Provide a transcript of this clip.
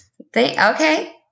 Okay